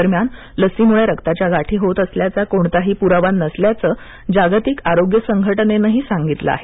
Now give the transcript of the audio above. दरम्यान लसीमुळे रक्ताच्या गाठी होत असल्याचा कोणताही पुरावा नसल्याचं जागतीक आरोग्य संघटनेनंही सांगितलं आहे